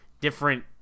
different